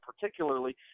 particularly